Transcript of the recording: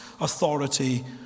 authority